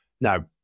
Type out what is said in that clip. Now